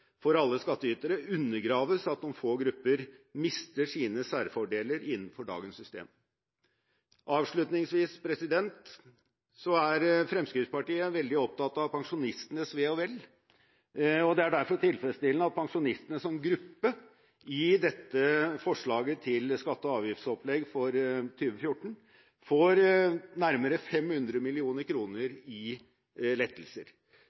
for alle skatteytere undergraves av at noen få grupper mister sine særfordeler innenfor dagens system. Avslutningsvis er Fremskrittspartiet veldig opptatt av pensjonistenes ve og vel, og det er derfor tilfredsstillende at pensjonistene som gruppe i dette forslaget til skatte- og avgiftsopplegg for 2014 får nærmere 500 mill. kr i lettelser.